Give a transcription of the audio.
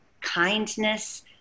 Kindness